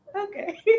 okay